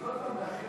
נתקבל.